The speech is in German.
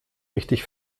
richtig